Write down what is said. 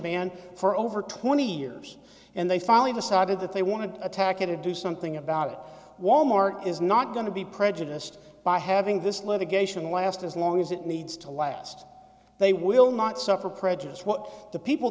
band for over twenty years and they finally decided that they want to attack you to do something about it wal mart is not going to be prejudiced by having this litigation last as long as it needs to last they will not suffer prejudice what the people